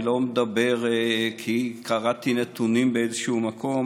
אני לא מדבר כי קראתי נתונים באיזשהו מקום,